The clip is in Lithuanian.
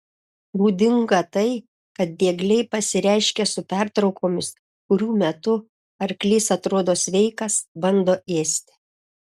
būdinga tai kad diegliai pasireiškia su pertraukomis kurių metu arklys atrodo sveikas bando ėsti